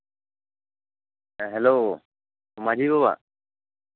ᱦᱮᱸ ᱦᱮᱞᱳ ᱢᱟᱹᱡᱷᱤ ᱵᱟᱵᱟ